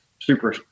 super